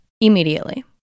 Immediately